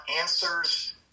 answers